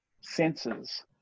senses